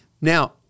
Now